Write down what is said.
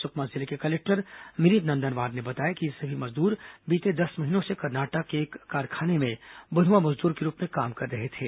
सुकमा जिले के कलेक्टर विनीत नंदनवार ने बताया कि ये सभी मजदूर बीते दस महीनों से कर्नाटक के एक कारखाने में बंधवा मजदूर के रूप में काम कर रहे थे